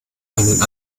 einen